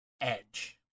Edge